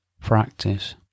practice